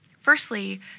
Firstly